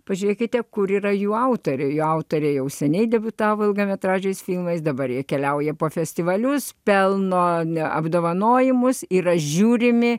pažiūrėkite kur yra jų autoriui autorė jau seniai debiutavo ilgametražiais filmais dabar jie keliauja po festivalius pelno ne apdovanojimus yra žiūrimi